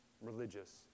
religious